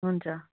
हुन्छ